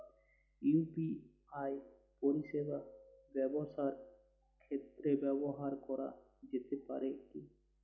UPI পরিষেবা ব্যবসার ক্ষেত্রে ব্যবহার করা যেতে পারে কি?